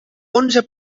onze